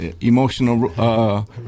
emotional